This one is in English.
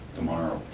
tomorrow.